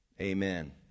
Amen